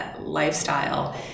lifestyle